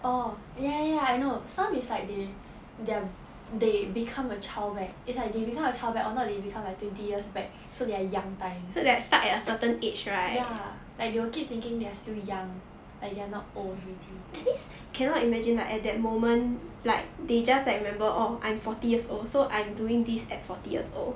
oh ya ya I know some is like they they they become a child back is like they become a child back or not they become like twenty years back so their young time ya like they will keep thinking they are still young but they are not old already